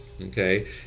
okay